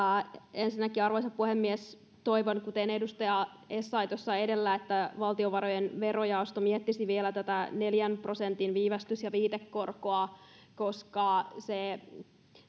ensinnäkin arvoisa puhemies toivon kuten edustaja essayah tuossa edellä että valtiovarojen verojaosto miettisi vielä tätä neljän prosentin viivästys ja viitekorkoa koska